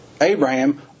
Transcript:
Abraham